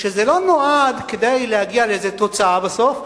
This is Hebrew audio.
שזה לא בא כדי להגיע לאיזה תוצאה בסוף,